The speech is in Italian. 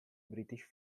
british